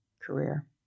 career